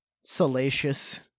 salacious